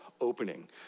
opening